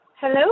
Hello